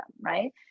right